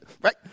right